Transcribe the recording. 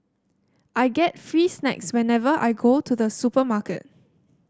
I get free snacks whenever I go to the supermarket